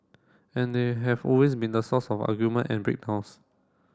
and they have always been the source of argument and break downs